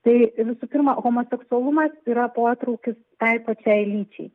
tai visų pirma homoseksualumas yra potraukis tai pačiai lyčiai